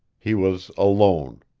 he was alone,